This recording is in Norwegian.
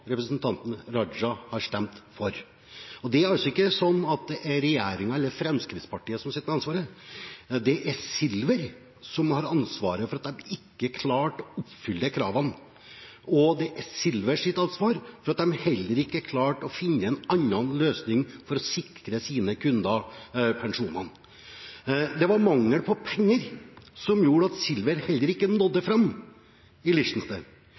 representanten Raja har stemt for. Det er ikke sånn at det er regjeringen eller Fremskrittspartiet som sitter med ansvaret. Det er Silver som har ansvaret for at de ikke klarte å oppfylle kravene, og det er Silvers ansvar at de heller ikke klarte å finne en annen løsning for å sikre sine kunder pensjonene. Det var mangel på penger som gjorde at Silver heller ikke nådde fram i Liechtenstein.